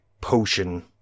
potion